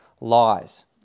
lies